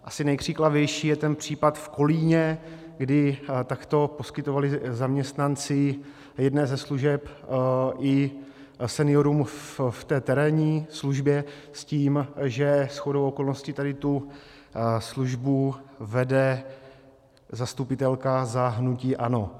Asi nejkřiklavější je ten případ v Kolíně, kdy takto poskytovali zaměstnanci jedné ze služeb i seniorům v té terénní službě, s tím, že shodou okolností tady tu službu vede zastupitelka za hnutí ANO.